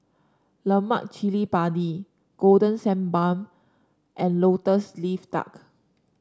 Lemak Cili Padi Golden Sand Bun and lotus leaf duck